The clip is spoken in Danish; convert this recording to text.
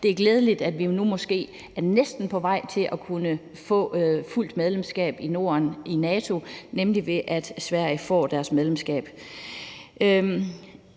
sagde før – at vi nu måske er næsten på vej til at kunne få fuldt medlemskab i NATO i Norden, nemlig ved at Sverige får deres medlemskab.